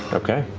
okay.